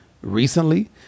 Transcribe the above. recently